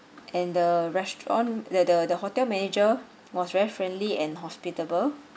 and the restaurant the the the hotel manager was very friendly and hospitable